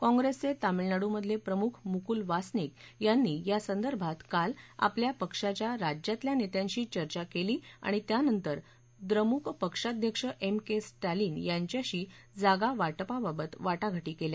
काँग्रेसचे तमीळनाडूमधले प्रमुख मुकुल वासनिक यांनी यासंदर्भात काल आपल्या पक्षाच्या राज्यातल्या नेत्यांशी चर्चा केली आणि त्यानंतर द्रमुख पक्षाध्यक्ष एम के स्विलीन यांच्याशी जागावा पावाबत वा पावा पावकेल्या